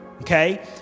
okay